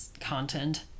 content